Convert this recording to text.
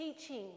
teaching